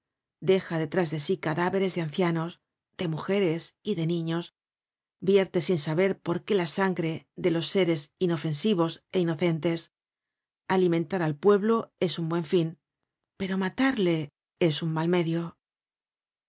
deja detrás de sí cadáveres de ancianos de mujeres y de niños vierte sin saber por qué la sangre de los seres inofensivos é inocentes alimentar al pueblo es un buen fin pero matarle es un mal medio